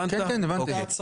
כן, הבנתי.